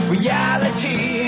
Reality